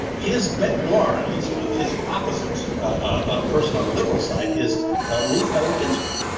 his bete noire, at least his opposite ah person on the liberal side is ah ruth allen ginsburg.